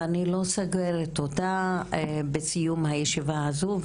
ואני לא סוגרת אותה בסיום הישיבה הזו,